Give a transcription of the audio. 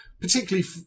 particularly